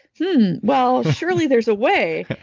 so and well, surely there's a way.